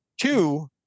Two